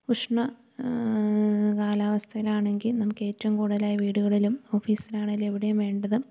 ഉഷ്ണ കാലാവസ്ഥയിലാണെങ്കിൽ നമുക്കേറ്റവും കൂട്തലായി വീട്കളിലും ഓഫീസുകളിലാണെങ്കിലും എവിടെയും വേണ്ടത്